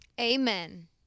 Amen